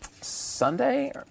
Sunday